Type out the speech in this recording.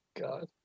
God